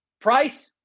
Price